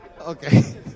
Okay